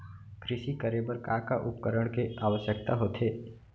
कृषि करे बर का का उपकरण के आवश्यकता होथे?